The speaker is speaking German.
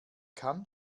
kann